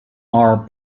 are